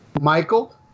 Michael